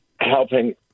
helping